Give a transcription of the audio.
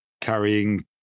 carrying